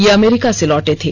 ये अमेरिका से लौटे थे